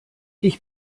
ich